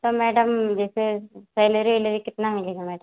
तो मैडम जैसे सेलरी उलरी कितनी मिलेगी मैडम